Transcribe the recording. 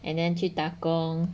and then 去打工